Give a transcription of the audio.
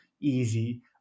easy